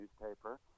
newspaper